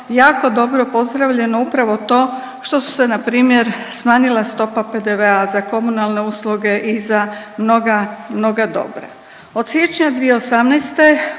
jako dobro pozdravljeno upravo to što su se na primjer smanjila stopa PDV-a za komunalne usluge i za mnoga dobra. Od siječnja 2018.